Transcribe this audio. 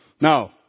Now